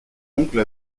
oncle